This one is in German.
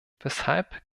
weshalb